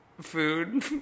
food